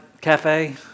Cafe